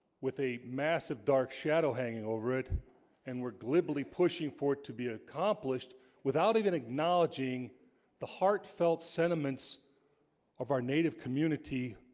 with a massive dark shadow hanging over it and we're glibly pushing for it to be accomplished without even acknowledging the heartfelt sentiments of our native community